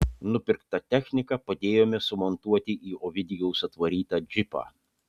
nupirktą techniką padėjome sumontuoti į ovidijaus atvarytą džipą